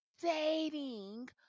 dating